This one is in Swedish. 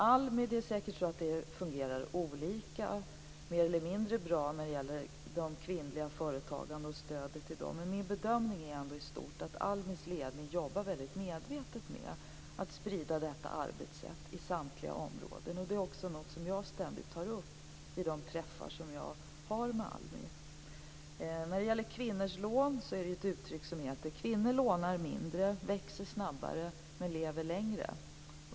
ALMI fungerar säkert mer eller mindre bra när det gäller de kvinnliga företagarna och stödet till dem. Men min bedömning är ändå i stort att ALMI:s ledning jobbar mycket medvetet med att sprida detta arbetssätt i samtliga områden. Det är också något som jag ständigt tar upp vid de träffar som jag har med När det gäller kvinnors lån finns det ett uttryck som heter att kvinnor lånar mindre, växer snabbare och lever längre.